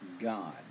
God